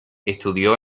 estudió